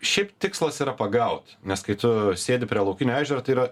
šiaip tikslas yra pagaut nes kai tu sėdi prie laukinio ežero tai yra